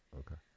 okay